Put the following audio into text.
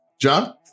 John